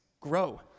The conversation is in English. grow